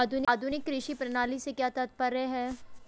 आधुनिक कृषि प्रणाली से क्या तात्पर्य है?